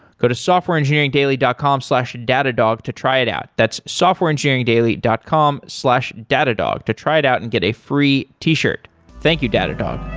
go to softwareengineeringdaily dot com slash datadog to try it out. that's softwareengineeringdaily dot com slash datadog to try it out and get a free t-shirt thank you, datadog